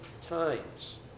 times